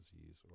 disease